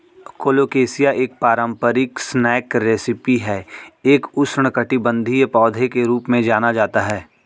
colocasia एक पारंपरिक snack recipe है एक उष्णकटिबंधीय पौधा के रूप में जाना जाता है